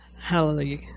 hallelujah